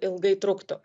ilgai truktų